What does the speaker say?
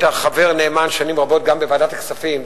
היית חבר נאמן שנים רבות גם בוועדת הכספים,